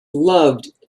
loved